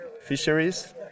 fisheries